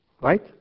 Right